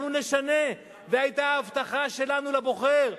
אנחנו נשנה, זאת היתה ההבטחה שלנו לבוחר,